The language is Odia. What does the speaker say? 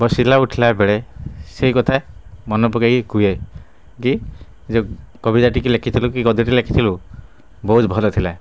ବସିଲା ଉଠିଲା ବେଳେ ସେଇ କଥା ମନେ ପକେଇକି କୁହେ କି ଯେଉଁ କବିତା ଟି କି ଲେଖିଥିଲୁ କି ଗଦ୍ୟ ଟି ଲେଖିଥିଲୁ ବହୁତ ଭଲ ଥିଲା